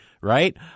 right